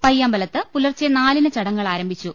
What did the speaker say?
പയ്യാമ്പലത്ത് പുലർച്ചെ നാലിന് ചടങ്ങുകൾ ആരംഭിച്ചു